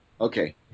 Okay